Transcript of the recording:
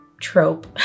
trope